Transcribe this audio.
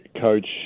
coach